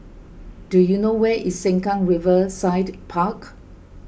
do you know where is Sengkang Riverside Park